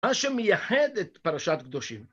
‫מה שמייחד את פרשת קדושים.